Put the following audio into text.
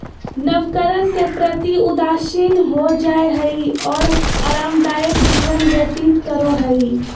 नवकरण के प्रति उदासीन हो जाय हइ और आरामदायक जीवन व्यतीत करो हइ